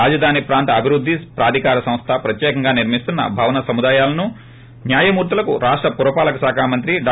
రాజధాని ప్రాంత అభివృద్ది ప్రాధికార సంస్ట ప్రత్యేకంగా నిర్మిస్తున్న భవన సుముదాయాలను న్యాయమూర్తులకు రాష్ట పురపాలక శాఖ మంత్రి డా